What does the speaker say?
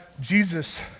Jesus